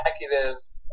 executives